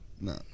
No